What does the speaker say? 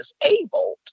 disabled